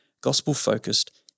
gospel-focused